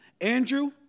Andrew